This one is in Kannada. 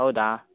ಹೌದಾ